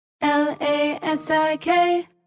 L-A-S-I-K